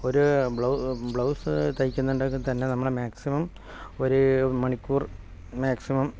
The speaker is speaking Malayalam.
ഒരു ബ്ലൗ ബ്ലൗസ് തയ്ക്കുന്നുണ്ടെങ്കിൽ തന്നെ മാക്സിമം ഒരു മണിക്കൂർ മാക്സിമം